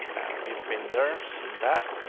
we've been there, seen that.